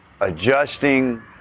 adjusting